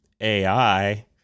AI